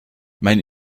mein